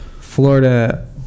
Florida